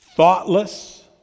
Thoughtless